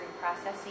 processing